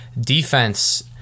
Defense